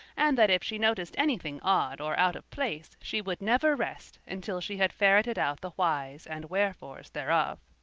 and that if she noticed anything odd or out of place she would never rest until she had ferreted out the whys and wherefores thereof.